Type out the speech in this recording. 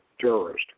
terrorist